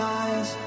eyes